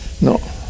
No